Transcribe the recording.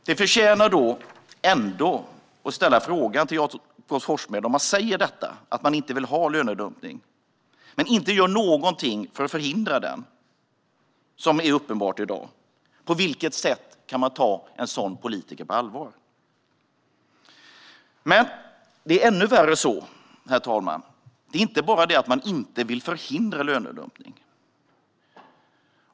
Frågan förtjänar då att ställas till Jakob Forssmed: Hur kan man ta en politiker på allvar när han säger att han inte vill ha lönedumpning men - vilket är uppenbart i dag - inte gör någonting för att förhindra den? Men det är ännu värre än så, herr talman. Det är inte bara det att man inte vill förhindra lönedumpning.